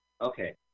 Okay